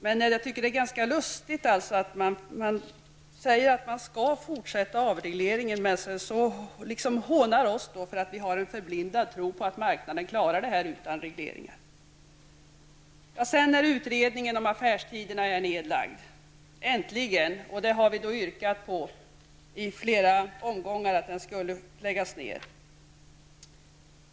Men det är ganska lustigt att socialdemokraterna säger att de skall fortsätta avregleringen men samtidigt hånar oss genom att säga att vi har en förblindad tro på att marknaden klarar detta utan regleringar. Äntligen är utredningen om affärstiderna nedlagd. Vi har i flera omgångar yrkat på att den skulle läggas ned.